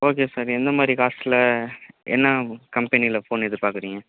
okay sir என்ன மாதிரி காஸ்ட்டில் என்ன கம்பெனியில் ஃபோன் எதிர்பார்க்குறிங்க